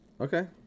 Okay